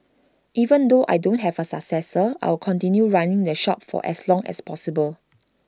even though I don't have A successor I'll continue running the shop for as long as possible